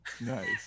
Nice